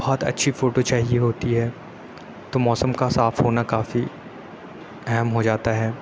بہت اچھی فوٹو چاہیے ہوتی ہے تو موسم کا صاف ہونا کافی اہم ہو جاتا ہے